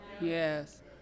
Yes